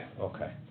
Okay